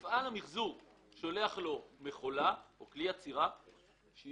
כאשר מפעל המחזור ישלח לו מכולה או כלי אצירה מורשה,